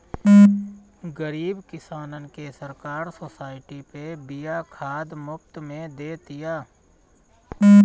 गरीब किसानन के सरकार सोसाइटी पे बिया खाद मुफ्त में दे तिया